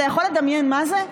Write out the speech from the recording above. אתה יכול לדמיין מה זה?